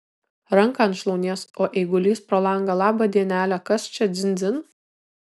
ranką ant šlaunies o eigulys pro langą labą dienelę kas čia dzin dzin